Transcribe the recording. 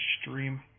stream